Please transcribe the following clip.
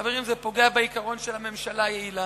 חברים, זה פוגע בעיקרון של ממשלה יעילה,